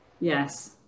Yes